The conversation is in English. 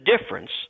difference